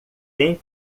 tem